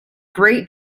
great